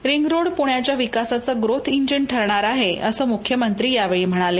ring road पृण्याच्या विकासाचं growth engine ठरणार आहे असं मृख्यमंत्री यावेळी म्हणाले